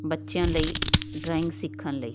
ਬੱਚਿਆਂ ਲਈ ਡਰਾਇੰਗ ਸਿੱਖਣ ਲਈ